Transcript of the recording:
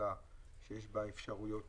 אפשרויות